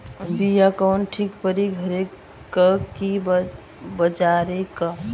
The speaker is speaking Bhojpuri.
बिया कवन ठीक परी घरे क की बजारे क?